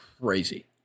crazy